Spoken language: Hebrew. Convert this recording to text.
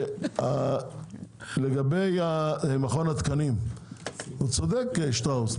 לגבי מכון התקנים, שטראוס צודק.